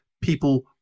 people